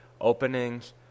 openings